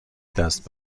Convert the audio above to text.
دست